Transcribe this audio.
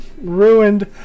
Ruined